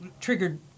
triggered